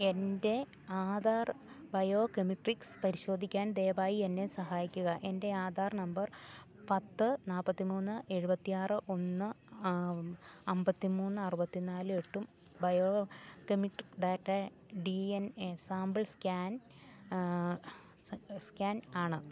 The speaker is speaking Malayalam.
എൻ്റെ ആധാർ ബയോമെട്രിക്സ് പരിശോധിക്കാൻ ദയവായി എന്നെ സഹായിക്കുക എൻ്റെ ആധാർ നമ്പർ പത്ത് നാല്പ്പത്തിമൂന്ന് എഴുപത്തിയാറ് ഒന്ന് അമ്പത്തിമൂന്ന് അറുപത്തിനാല് എട്ടും biometric data D N A sample scan scan ആണ്